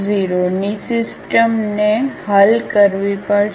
ની સિસ્ટમને હલ કરવી પડશે